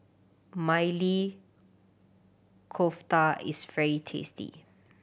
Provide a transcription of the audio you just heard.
Maili Kofta is very tasty